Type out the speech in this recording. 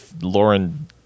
Lauren